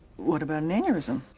what about an aneurysm